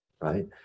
right